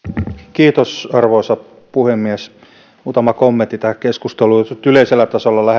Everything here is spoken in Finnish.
kiitos arvoisa puhemies muutama kommentti tähän keskusteluun jos nyt yleisellä tasolla